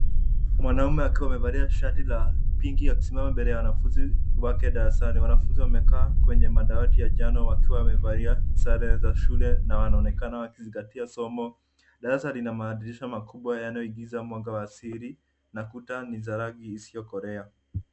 Mwanaume akiwa amevalia shati la pinki akisimama mbele ya wanafunzi wake darasani. Wanafunzi wamekaa kwenye madawati ya njano wakiwa wamevalia sare za shule na wanaonekana wakizingatia somo. Darasa lina madirisha makubwa yanayoingiza mwanga wa asili na kuta ni za rangi isiyokolea.